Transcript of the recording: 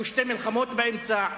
היו שתי מלחמות באמצע,